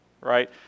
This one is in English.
right